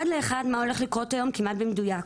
אחד לאחד מה הולך לקרות היום כמעט במדויק.